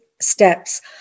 steps